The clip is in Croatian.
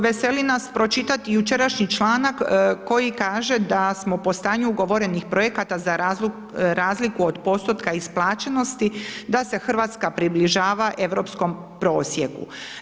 Veseli nas pročitati jučerašnji članak koji kaže da smo po stanju ugovorenih projekata za razliku od postotka isplaćenosti, da se Hrvatska približava europskom prosjeku.